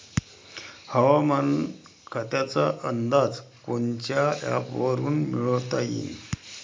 हवामान खात्याचा अंदाज कोनच्या ॲपवरुन मिळवता येईन?